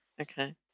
okay